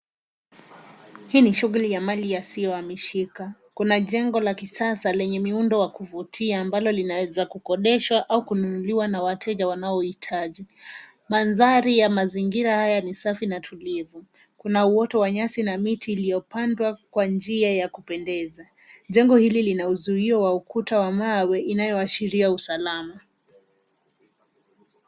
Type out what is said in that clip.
Hii ni shughuli ya mali isiyohamishika. Kuna jengo la kisasa lenye muundo wa kuvuita ambalo linaweza kukodeshwa au kununuliwa na wateja wanaohitaji. Mandhari ya mazingira haya ni safi na tulivu. Kuna uwoto wa nyasi na miti iliyopandwa kwa njia inayopendeza. Jengo hili lina uzuio wa ukuta unaoashiria usalama.